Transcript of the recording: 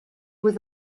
with